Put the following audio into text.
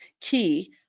key